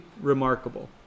remarkable